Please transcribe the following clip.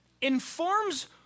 informs